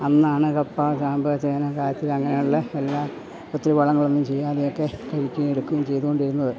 അന്നാണ് കപ്പ കാമ്പ് ചേന കാച്ചിൽ അങ്ങനെയുള്ള എല്ലാം ഒത്തിരി വളങ്ങളൊന്നും ചെയ്യാതെയൊക്കെ കഴിക്കുകയും എടുക്കുകയും ചെയ്തുകൊണ്ടിരുന്നത്